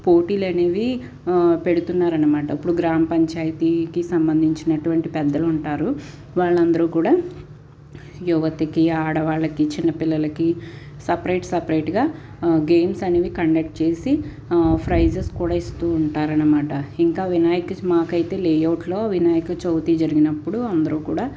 పోటీలు అనేవి పెడుతున్నారనమాట ఇప్పుడు గ్రామపంచాయతీకి సంబంధించినటువంటి పెద్దలు ఉంటారు వాళ్ళందరూ కూడా యువతికి ఆడవాళ్ళకి చిన్న పిల్లలకి సపరేట్ సపరేట్గా గేమ్స్ అనేవి కండక్ట్ చేసి ప్రైజెస్ కూడా ఇస్తూ ఉంటారు అనమాట ఇంకా వినాయక మాకైతే లేఔట్లో వినాయక చవితి జరిగినప్పుడు అందరూ కూడా